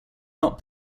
not